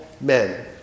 men